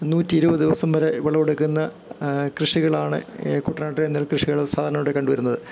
നൂറ്റിയിരുപത് ദിവസം വരെ വിളവെടുക്കുന്ന കൃഷികളാണ് കുട്ടനാട്ടിൽ നെൽകൃഷികൾ സാധാരണായിട്ട് കണ്ടു വരുന്നത്